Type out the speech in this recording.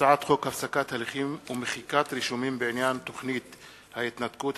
הצעת חוק הפסקת הליכים ומחיקת רישומים בעניין תוכנית ההתנתקות,